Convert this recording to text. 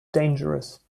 dangerous